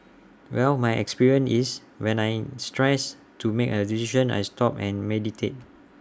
well my experience is when I stressed to make A decision I stop and meditate